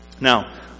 Now